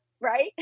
right